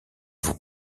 vous